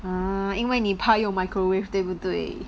ah 因为你怕用 microwave 对不对